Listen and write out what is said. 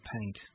paint